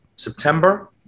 September